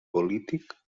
polític